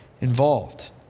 involved